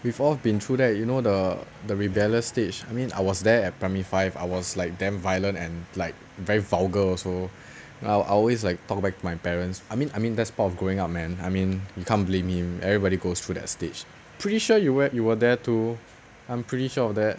we've all been through that you know the the rebellious stage I mean I was there at primary five I was like damn violent and like very vulgar also I'll I'll always like talk back my parents I mean I mean that's part of growing up man I mean you can't blame me everybody goes through that stage pretty sure you wer~ you were there too I'm pretty sure of that